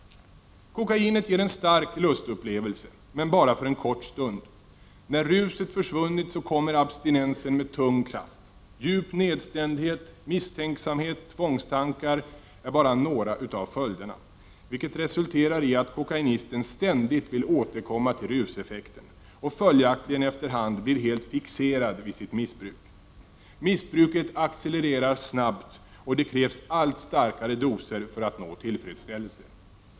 Kokainet ger en stark lustupplevelse, men bara för en kort stund. När ruset försvunnit kommer abstinensen med tung kraft. Djup nedstämdhet, misstänksamhet och tvångstankar är bara några av följderna, vilket resulterar i att kokainisten ständigt vill återkomma till ruseffekten och följaktligen efter hand blir helt fixerad vid sitt missbruk. Missbruket accelererar snabbt, och det krävs allt starkare doser för att nå tillfredsställelse.